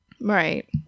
Right